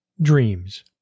Dreams